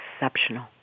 exceptional